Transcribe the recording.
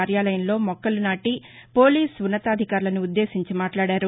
కార్యాలయంలో మొక్కలు నాటి పోలీస్ ఉన్నతాధికారులను ఉద్దేశించి మాట్లాడారు